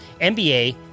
NBA